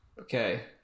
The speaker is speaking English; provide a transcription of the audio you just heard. Okay